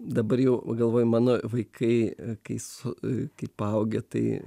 dabar jau galvoj mano vaikai kai su kai paaugę tai